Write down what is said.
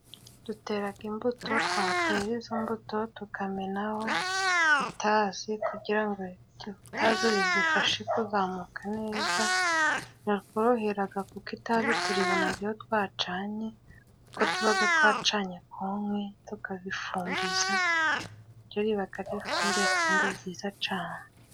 Duteraga imbuto twatera izo mbuto tukamenaho itazi kugira ngo iryo tazi rizifashe kuzamuka neza. Ntibitworoheraga kuko itazi turibonaga iyo twacanye, kuko tuba twacanye ku nkwi tukarifumbiza, ryo ribaga ari ifumbire kandi ryiza cane.